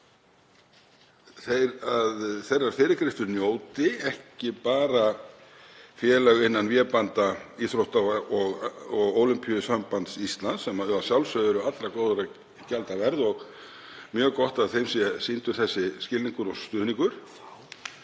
því að þeirrar fyrirgreiðslu njóti ekki bara félög innan vébanda Íþrótta- og Ólympíusambands Íslands, sem að sjálfsögðu eru allra góðra gjalda verð og mjög gott að þeim sé sýndur þessi skilningur og stuðningur.